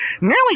Nearly